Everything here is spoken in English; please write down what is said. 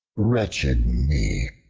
wretched me!